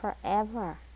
forever